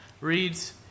Reads